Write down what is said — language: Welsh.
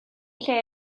lle